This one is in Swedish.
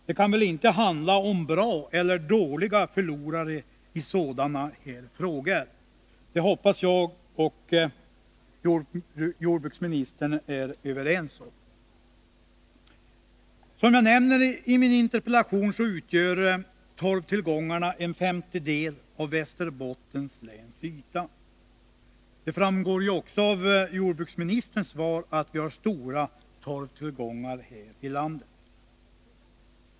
Det kan väl inte handla om bra eller dåliga förlorare i sådana här frågor — det hoppas jag att jordbruksministern och jag är överens om. Som jag nämner i min interpellation utgör torvtillgångarna en femtedel av Västerbottens läns yta. Det framgår ju också av jordbruksministerns svar att vi har stora torvtillgångar här i landet.